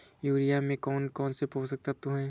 Urea में कौन कौन से पोषक तत्व है?